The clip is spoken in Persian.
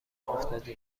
افتادی